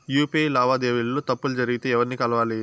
UPI లావాదేవీల లో తప్పులు జరిగితే ఎవర్ని కలవాలి?